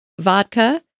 Vodka